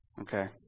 Okay